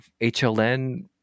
hln